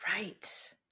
Right